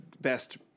best